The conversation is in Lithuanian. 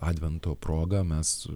advento proga mes